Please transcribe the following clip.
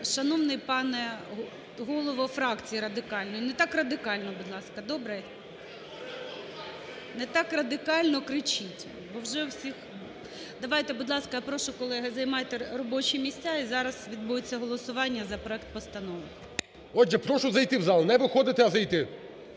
шановний пане голово фракції радикальної, не так радикально, будь ласка, добре? Не так радикально кричіть, бо вже в усіх… Давайте, будь ласка, я прошу, колеги, займайте робочі місця. І зараз відбудеться голосування за проект постанови. Веде засідання Голова Верховної Ради